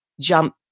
jump